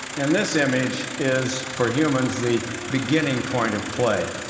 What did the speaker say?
and this image is, for humans, the beginning point of play.